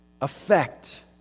affect